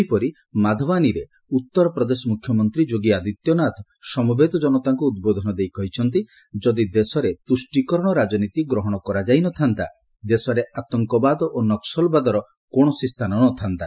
ସେହିପରି ମାଧବାଣୀରେ ଉତ୍ତର ପ୍ରଦେଶ ମୁଖ୍ୟମନ୍ତ୍ରୀ ଯୋଗୀ ଆଦିତ୍ୟନାଥ ସମବେତ କନତାଙ୍କୁ ଉଦ୍ବୋଧନ ଦେଇ କହିଛନ୍ତି ଯଦି ଦେଶରେ ତୁଷ୍ଠୀକରଣ ରାଜନୀତି ଗ୍ରହଣ କରାଯାଇ ନ ଥା'ନ୍ତା ଦେଶରେ ଆତଙ୍କବାଦ ଓ ନକ୍ବଲବାଦର କୌଣସି ସ୍ଥାନ ନ ଥା'ନ୍ତା